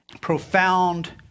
profound